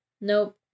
Nope